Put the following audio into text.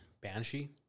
Banshee